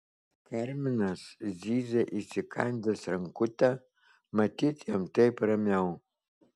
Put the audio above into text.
karminas zyzia įsikandęs rankutę matyt jam taip ramiau